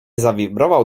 zawibrował